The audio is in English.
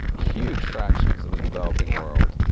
huge fractions of the developing world,